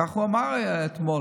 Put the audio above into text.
כך הוא אמר אתמול.